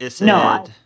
No